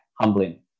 humbling